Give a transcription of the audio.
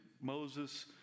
Moses